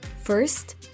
First